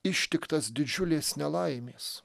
ištiktas didžiulės nelaimės